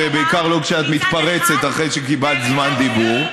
ובעיקר לא כשאת מתפרצת אחרי שקיבלת זמן דיבור.